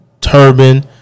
turban